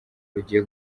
rugiye